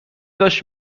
داشت